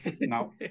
no